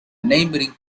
neighbouring